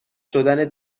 شدن